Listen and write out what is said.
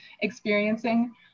experiencing